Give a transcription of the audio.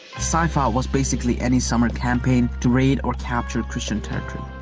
saifa was basically any summer campaign to raid or capture christian territories.